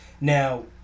now